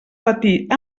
patir